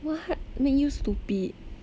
what make you stupid